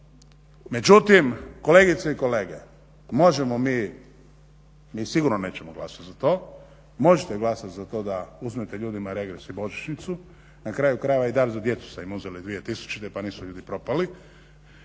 Međutim, kolegice i kolege, možemo mi, mi sigurno nećemo glasovat za to. Možete glasat za to da uzmete ljudima regres i božićnicu. Na kraju krajeva i dar za djecu ste im uzeli 2000. pa nisu ljudi propali.